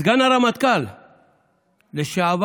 סגן הרמטכ"ל לשעבר